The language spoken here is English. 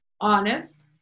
honest